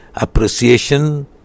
Appreciation